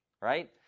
right